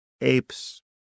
apes